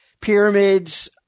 Pyramids